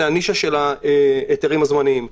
זו הנישה של ההיתרים הזמניים.